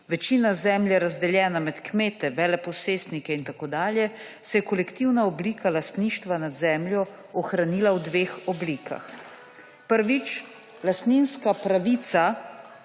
večina zemlje razdeljena med kmete, veleposestnike in tako dalje, se je kolektivna oblika lastništva nad zemljo ohranila v dveh oblikah. Prvič. Lastninska pravica